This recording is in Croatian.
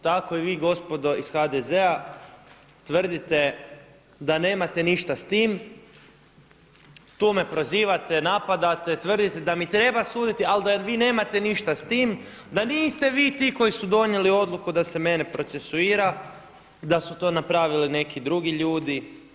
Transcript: Tako i vi gospodo iz HDZ-a tvrdite da nemate ništa s tim, tu me prozivate, napadate, tvrdite da mi treba suditi ali da vi nemate ništa s tim da niste vi ti koji su donijeli odluku da se mene procesuira, da su to napravili neki drugi ljudi.